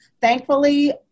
Thankfully